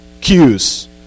cues